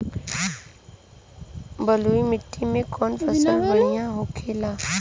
बलुई मिट्टी में कौन फसल बढ़ियां होखे ला?